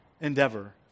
endeavor